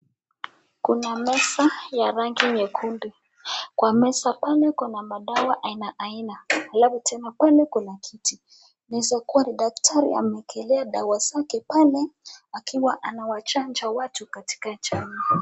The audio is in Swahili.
Kuna meza ya rangi nyekundu. Kwenye meza pale kuna madawa aina aina. Alafu tena pale kuna kiti. Inaweza kuwa daktari amekelea dawa zake pale, akiwa anawachanja watu katika chanjo.